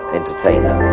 entertainer